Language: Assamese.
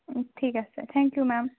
ঠিক আছে থেংক ইউ মেম